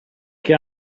che